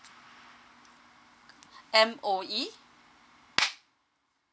M_O_E